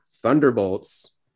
thunderbolts